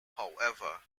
however